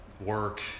work